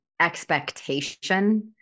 expectation